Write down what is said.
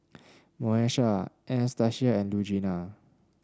Moesha Anastacia and Lugenia